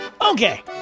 Okay